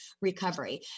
recovery